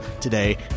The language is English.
today